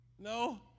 No